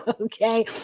Okay